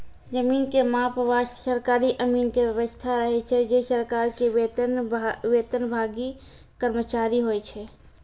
जमीन के माप वास्तॅ सरकारी अमीन के व्यवस्था रहै छै जे सरकार के वेतनभागी कर्मचारी होय छै